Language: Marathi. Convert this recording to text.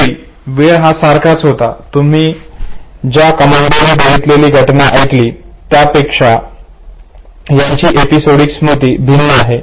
जरी वेळ हा सारखाच होता तरी तुम्ही ज्या कमांडोने सांगितलेली घटना ऐकली त्यापेक्षा ह्यांची एपिसोडिक स्मृती ही भिन्न आहे